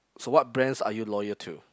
so what brands are you loyal to